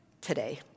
today